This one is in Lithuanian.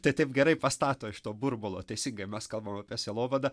tai taip gerai pastato iš to burbulo teisingai mes kalbam apie sielovadą